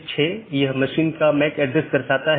यह BGP का समर्थन करने के लिए कॉन्फ़िगर किया गया एक राउटर है